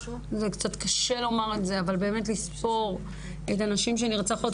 קצת קשה לומר את זה אבל באמת לספור את הנשים שנרצחות,